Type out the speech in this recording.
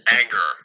anger